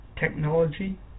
technology